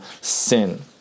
sin